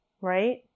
right